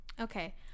okay